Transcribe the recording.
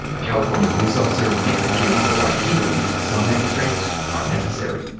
a california police officer makes the case for why he believes some neck restraints are necessary.